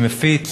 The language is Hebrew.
שמפיץ